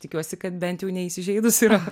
tikiuosi kad bent jau neįsižeidusi yra